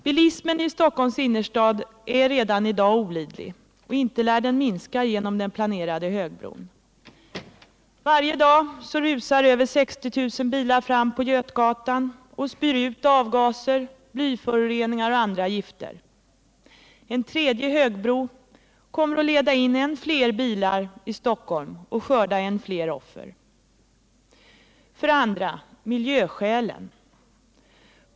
Bilismen i Stockholms innerstad är redan i dag olidlig, och inte lär den minska genom den planerade högbron. Varje dag rusar över 60 000 bilar fram på Götgatan och spyr ut avgaser, blyföroreningar och andra gifter. En tredje högbro kommer att leda in än fler bilar i Stockholm och skörda än fler offer. För det andra: miljöskälen.